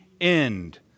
end